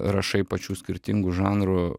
rašai pačių skirtingų žanrų